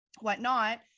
whatnot